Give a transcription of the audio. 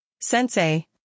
Sensei